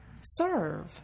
serve